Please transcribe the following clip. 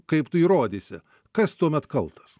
kaip tu įrodysi kas tuomet kaltas